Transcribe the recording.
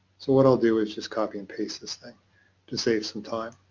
so what i'll do is just copy and paste this thing to save some time.